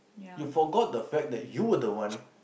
you forgot the fact that you were the one